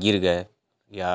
गिर गए या